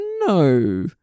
No